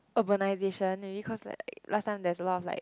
urbanization maybe cause like last time there's a lot of like